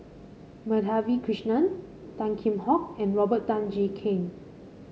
Madhavi Krishnan Tan Kheam Hock and Robert Tan Jee Keng